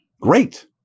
great